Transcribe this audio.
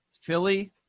Philly